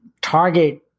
target